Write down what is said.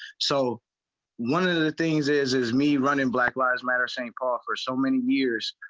so one of the things is is me run in black lives matter saint paul for so many years.